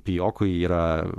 pijokui yra